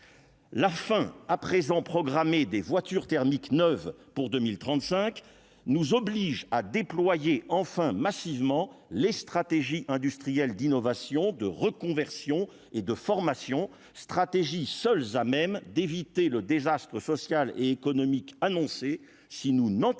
la fin à présent programmée des voitures thermiques neuves pour 2000 trente-cinq nous oblige à déployer enfin massivement les stratégies industrielles d'innovation, de reconversion et de formation, stratégie, seuls à même d'éviter le désastre social et économique annoncée si nous n'anticipons